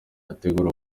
ategura